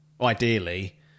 ideally